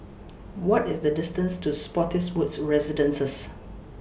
What IS The distance to Spottiswoode Residences